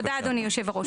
תודה אדוני היושב-ראש.